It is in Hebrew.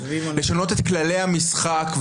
לשנות את כללי המשחק,